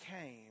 came